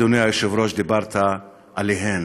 אדוני היושב-ראש, שדיברת עליהן.